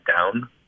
down